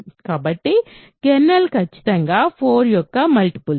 కాబట్టి కెర్నల్ ఖచ్చితంగా 4 యొక్క మల్టిపుల్